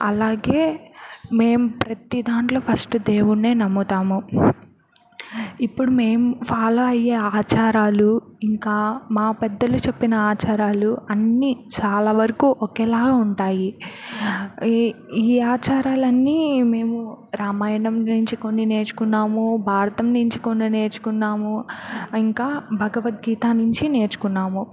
అలాగే మేము ప్రతి దాంట్లో ఫస్ట్ దేవుడ్నే నమ్ముతాము ఇప్పుడు మేము ఫాలో అయ్యే ఆచారాలు ఇంకా మా పెద్దలు చెప్పిన ఆచారాలు అన్నీ చాలా వరకు ఒకేలా ఉంటాయి ఈ ఈ ఆచారాలన్నీ మేము రామాయణం నుంచి కొన్ని నేర్చుకున్నాము భారతం నుంచి కొన్ని నేర్చుకున్నాము ఇంకా భగవద్గీత నుంచి నేర్చుకున్నాము